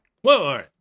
Whoa